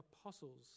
apostles